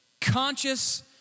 conscious